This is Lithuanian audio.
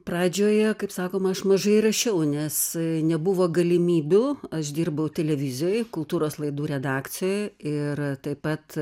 pradžioje kaip sakoma aš mažai rašiau nes nebuvo galimybių aš dirbau televizijoj kultūros laidų redakcijoj ir taip pat